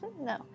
no